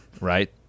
Right